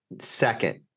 second